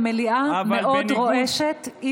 המליאה מאוד רועשת.